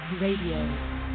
Radio